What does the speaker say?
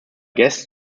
guests